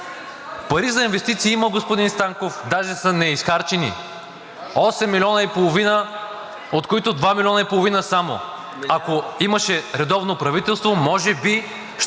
Пари за инвестиции има, господин Станков, даже са неизхарчени – осем милиона и половина, от които само два милиона и половина. Ако имаше редовно правителство, може би щяха тези